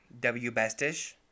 WBestish